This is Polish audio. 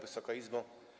Wysoka Izbo!